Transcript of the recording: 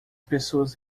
pessoas